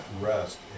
rest